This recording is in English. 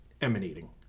emanating